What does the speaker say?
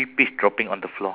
okay